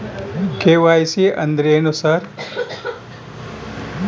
KYC ಅಂದ್ರೇನು sir?